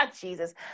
Jesus